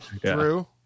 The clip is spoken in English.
True